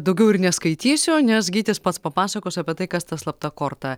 daugiau ir neskaitysiu nes gytis pats papasakos apie tai kas ta slapta korta